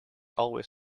always